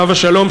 עליו השלום,